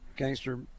Gangster